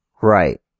Right